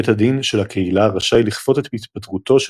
בית הדין של הקהילה רשאי לכפות את התפטרותו של